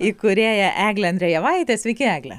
įkūrėja eglė andrejevaitė sveiki egle